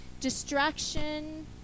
distraction